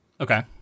Okay